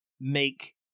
make